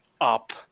up